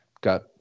got